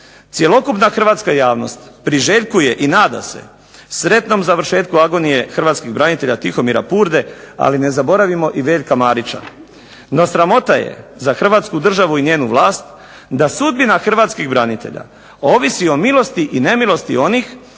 Cjelokupna hrvatska javnost priželjkuje i nada se sretnom završetku agonije hrvatskog branitelja Tihomira Purde, ali ne zaboravimo i Veljka Marića. No sramota je za Hrvatsku državu i njenu vlast da sudbina hrvatskih branitelja ovisi o milosti i nemilosti onih